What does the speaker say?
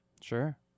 Sure